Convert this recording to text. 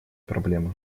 проблемы